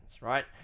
right